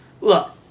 look